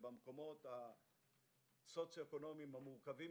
ובמקומות הסוציו אקונומיים המורכבים